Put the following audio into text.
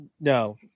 No